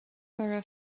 gura